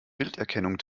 bilderkennung